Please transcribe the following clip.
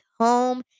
home